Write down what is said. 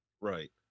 Right